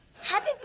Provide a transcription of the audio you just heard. Happy